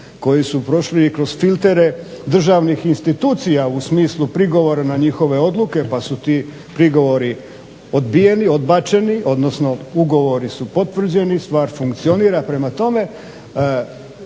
koji su prošli kroz filtere državnih institucija u smislu prigovora na njihove odluke pa su ti prigovori odbijeni, odbačeni odnosno ugovori su potvrđeni, stvar funkcionira. Prema tome